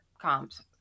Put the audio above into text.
comps